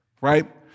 right